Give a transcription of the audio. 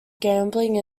gambling